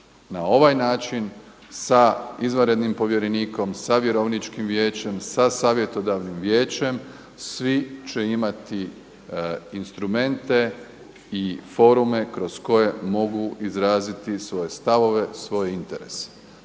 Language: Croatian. Na ovaj način sa izvanrednim povjerenikom, sa vjerovničkim vijećem, sa savjetodavnim vijećem svi će imati instrumente i forume kroz koje mogu izraziti svoje stavove, svoje interese.